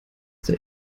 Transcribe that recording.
der